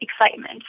excitement